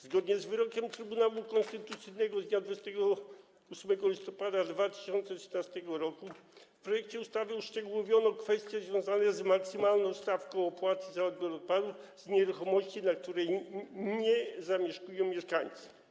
Zgodnie z wyrokiem Trybunału Konstytucyjnego z dnia 28 listopada 2013 r. w projekcie ustawy uszczegółowiono kwestię związaną z maksymalną stawką opłat za odbiór odpadów z nieruchomości, na której nie zamieszkują mieszkańcy.